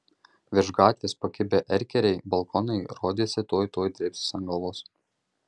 virš gatvės pakibę erkeriai balkonai rodėsi tuoj tuoj drėbsis ant galvos